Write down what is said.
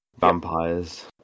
Vampires